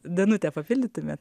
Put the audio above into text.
danutė papildytumėt